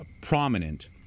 prominent